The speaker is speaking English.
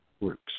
works